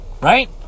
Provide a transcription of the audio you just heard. Right